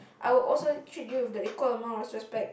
I would also treat you with the equal amount of respect